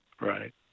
right